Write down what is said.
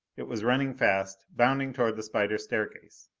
it was running fast, bounding toward the spider staircase.